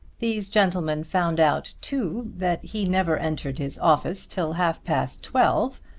these gentlemen found out too that he never entered his office till half-past twelve,